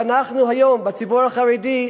ואנחנו היום בציבור החרדי,